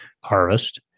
harvest